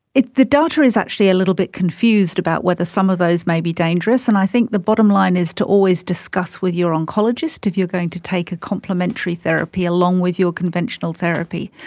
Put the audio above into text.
the data is actually a little bit confused about whether some of those may be dangerous, and i think the bottom line is to always discuss with your oncologist if you're going to take a complimentary therapy along with your conventional therapy.